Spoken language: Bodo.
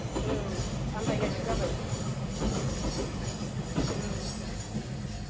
औ आन्दाय लायनाय जाबाय उम उम उम उम